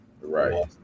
Right